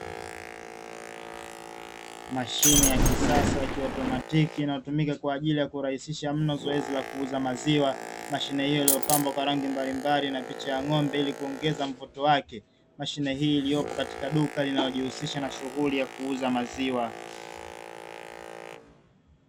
Mashine ya kisasa ya kiautomatiki inayotumika kwa ajili ya kurahisisha mno zoezi la kuuza maziwa. Mashine hiyo iliyopambwa kwa rangi mbalimbali na picha ya ng'ombe ili kuongeza mvuto wake, mashine hii iliyopo katika duka linalojihusisha na shughuli ya kuuza maziwa.